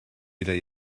wieder